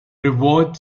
reward